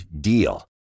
DEAL